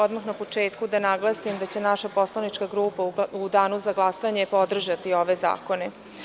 Odmah na početku da naglasim da će naša poslanička grupa u danu za glasanje podržati ove zakone.